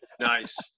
Nice